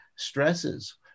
stresses